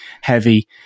heavy